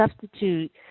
substitute